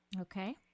Okay